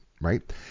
right